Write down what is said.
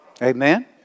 Amen